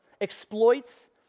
exploits